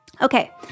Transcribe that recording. Okay